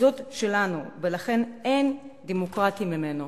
הזו שלנו, לכן אין דמוקרטי ממנו.